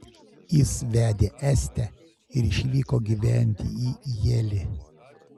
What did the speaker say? jis vedė estę ir išvyko gyventi į jeilį